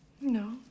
No